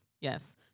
Yes